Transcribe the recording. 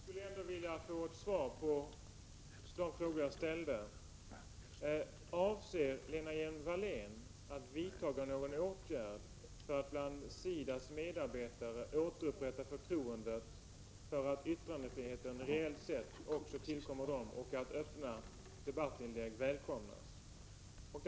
Herr talman! Jag skulle ändå vilja få svar på de frågor jag ställde. Avser Lena Hjelm-Wallén att vidtaga någon åtgärd för att bland SIDA :s medarbetare återupprätta förtroendet för att yttrandefriheten reellt sett också tillkommer dem och att öppna debattinlägg välkomnas?